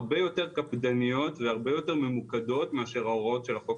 הרבה יותר קפדניות והרבה יותר ממוקדות מאשר ההוראות של החוק